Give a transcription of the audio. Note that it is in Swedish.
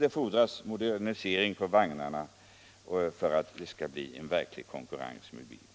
Det fordras också en modernisering av vagnarna så att dessa verkligen kan konkurrera med bilen.